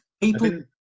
People